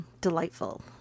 delightful